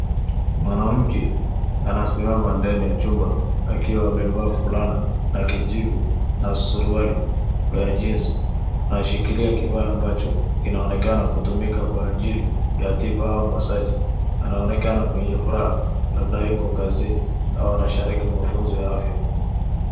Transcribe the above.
Mwanamke anasimama ndani ya chumba akiwa amevaa fulana na kijivu na suruali ya jeans . Anashikilia kifaa ambacho kinaonekana kutumika kwa ajili ya tiba au masaji . Anaonekana mwenye furaha, labda yuko kazini au anashiriki mafunzo ya afya.